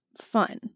fun